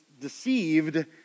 deceived